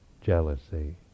jealousy